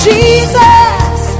Jesus